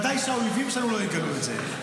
ודאי שהאויבים שלנו לא יגלו את זה.